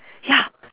ya